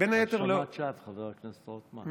זו האשמת שווא, חבר הכנסת רוטמן.